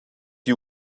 you